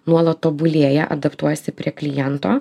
nuolat tobulėja adaptuojasi prie kliento